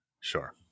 Sure